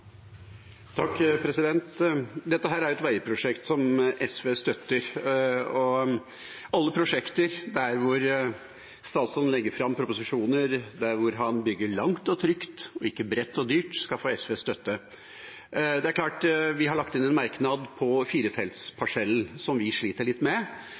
et veiprosjekt som SV støtter. Alle prosjekter der statsråden legger fram proposisjoner der han vil bygge langt og trygt, ikke bredt og dyrt, skal få SVs støtte. Det er klart at vi har lagt inn en merknad på firefeltsparsell, som vi sliter litt med,